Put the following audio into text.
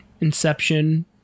Inception